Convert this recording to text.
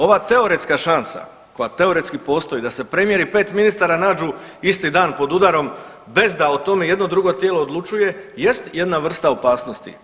Ova teoretska šansa koja teoretski postoji da se premijer i pet ministara nađu isti dan pod udarom bez da o tome jedno drugo tijelo odlučuje jest jedna vrsta opasnosti.